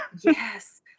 yes